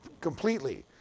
completely